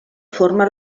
forma